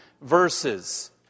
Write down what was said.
verses